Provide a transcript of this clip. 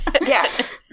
yes